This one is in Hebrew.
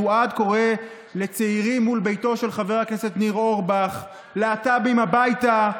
תועד קורא לצעירים מול ביתו של חבר הכנסת ניר אורבך: להט"בים הביתה,